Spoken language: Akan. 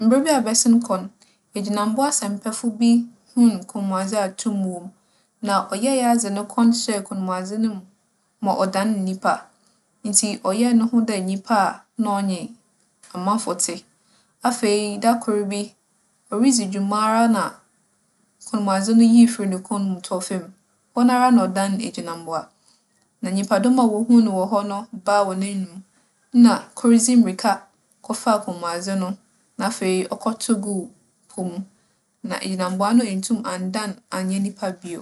Mber bi a abɛsen kͻ no, egyinambowa asɛmpɛfo bi hun kͻnmuadze a tum wͻ mu, na ͻyɛe ara dze no kͻn hyɛɛ kͻnmuadze no mu ma ͻdaan nyimpa. Ntsi ͻyɛɛ noho dɛ nyimpa a nna ͻnye amamfo tse. Afei da kor bi, oridzi dwuma ara na kͻnmuadze no yii fii no kͻn mu tͻͻ famu. Hͻnara na ͻdaan egyinambowa. Na nyimpadͻm a wohun no wͻ hͻ no baa hͻn anomu, nna kor dzi mbirika kͻfaa kͻnmuadze no, na afei ͻkͻtoow guu po mu. Na egyinambowa no enntum anndan annyɛ nyimpa bio.